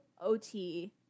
OT